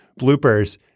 bloopers